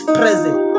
present